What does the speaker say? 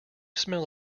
smell